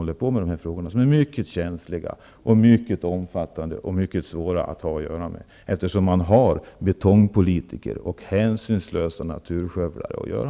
Dessa frågor är mycket känsliga, omfattande och svåra att hantera, eftersom man har med betongpolitiker och hänsynslösa naturskövlare att göra.